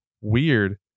Weird